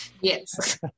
Yes